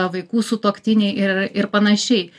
vaikų sutuoktiniai ir ir panašiai